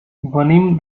venim